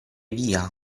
via